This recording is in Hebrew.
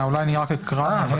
אני רק אקרא.